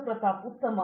ಉಷಾ ಮೋಹನ್ ಸ್ವಾಗತ ಹೌದು